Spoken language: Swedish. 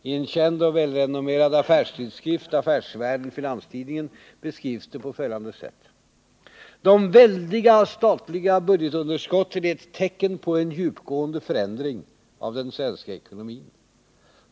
I en känd och välrenommerad affärstidskrift — Affärsvärlden Finanstidningen — beskrivs det på detta sätt: ”De väldiga statliga budgetunderskotten är ett tecken på djupgående förändring av den svenska ekonomin.